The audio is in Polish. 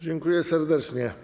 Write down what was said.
Dziękuję serdecznie.